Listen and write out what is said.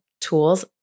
tools